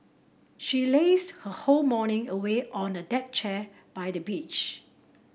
she lazed her whole morning away on a deck chair by the beach